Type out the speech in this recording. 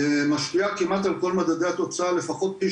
משפיעה כמעט על כל מדדי התוצאה לפחות פי